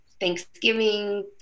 Thanksgiving